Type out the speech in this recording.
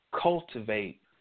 cultivate